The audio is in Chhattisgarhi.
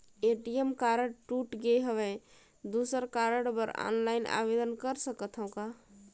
ए.टी.एम कारड टूट गे हववं दुसर कारड बर ऑनलाइन आवेदन कर सकथव का?